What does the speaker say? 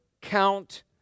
count